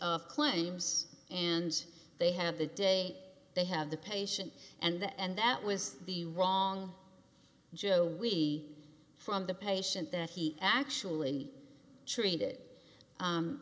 of claims and they have the day they have the patient and the and that was the wrong joe we from the patient that he actually treated